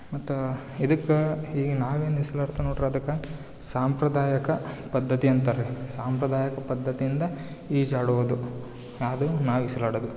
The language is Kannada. ಮತ್ತು ಇದಕ್ಕೆ ಈ ನಾವೇನು ಈಜಾಡ್ತಿವ್ ನೋಡ್ರಿ ಅದಕ್ಕೆ ಸಾಂಪ್ರದಾಯಿಕ ಪದ್ಧತಿ ಅಂತಾರೆ ಸಾಂಪ್ರದಾಯಿಕ ಪದ್ದತಿಯಿಂದ ಈಜಾಡುವುದು ಅದು ನಾವು ಈಜಾಡೋದ್